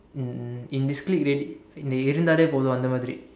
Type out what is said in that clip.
um in discrete already இருந்தாலே போதும் அந்த மாதிரி:irundthaalee poothum andtha maathiri